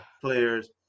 players